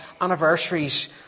anniversaries